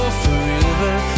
forever